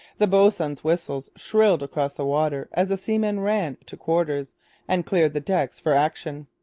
the boatswains' whistles shrilled across the water as the seamen ran to quarters and cleared the decks for action.